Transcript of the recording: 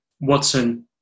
Watson